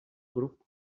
grup